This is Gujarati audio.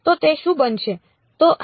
તો તે શું બનશે